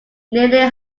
nearly